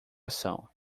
ação